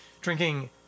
drinking